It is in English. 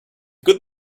good